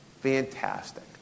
Fantastic